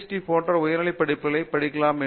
D போன்ற உயர்நிலைப் படிப்புகளை படிக்கலாம் என்று